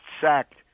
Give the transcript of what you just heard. sacked